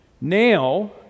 Now